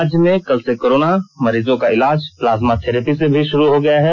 राज्य में कल से कोरोना मरीजों का इलाज प्लाज्मा थेरेपी से भी शुरू हो गया है